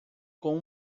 com